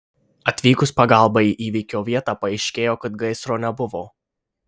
atvykus pagalbai į įvykio vietą paaiškėjo kad gaisro nebuvo